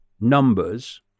numbers